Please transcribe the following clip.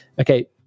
Okay